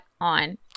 on